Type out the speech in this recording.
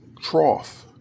trough